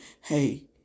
hey